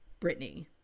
Britney